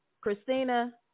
Christina